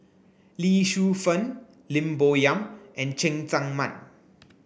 Lee Shu Fen Lim Bo Yam and Cheng Tsang Man